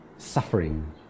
Suffering